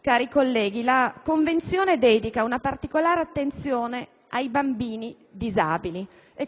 cari colleghi, la Convenzione dedica una particolare attenzione ai bambini disabili, un